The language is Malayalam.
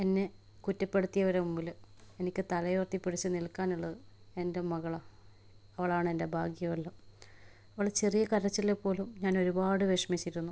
എന്നെ കുറ്റപെടുത്തിയവരെ മുൻപിൽ എനിക്ക് തലയുയർത്തി പിടിച്ചു നിൽക്കാൻ ഉള്ളത് എൻ്റെ മകളാണ് അവളാണ് എൻ്റെ ഭാഗ്യമെല്ലാം അവളുടെ ചെറിയ കരച്ചിൽ പോലും ഞാൻ ഒരുപാട് വിഷമിച്ചിരുന്നു